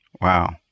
Wow